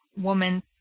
woman